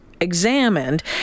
examined